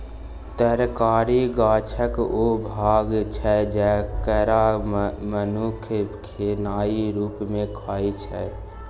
तरकारी गाछक ओ भाग छै जकरा मनुख खेनाइ रुप मे खाइ छै